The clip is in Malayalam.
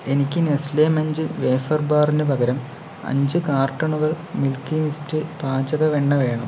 എനിക്ക് നെസ്ലെ മഞ്ച് വേഫർ ബാറിന് പകരം അഞ്ചു കാർട്ടണുകൾ മിൽക്കി മിസ്റ്റ് പാചക വെണ്ണ വേണം